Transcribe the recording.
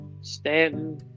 Stanton